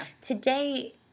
today